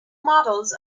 models